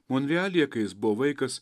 monrealyje kai jis buvo vaikas